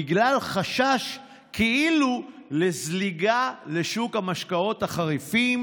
בגלל חשש כאילו לזליגה לשוק המשקאות החריפים,